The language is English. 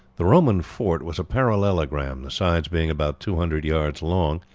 the roman fort was a parallelogram, the sides being about two hundred yards long,